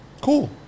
Cool